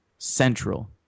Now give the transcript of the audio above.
central